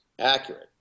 accurate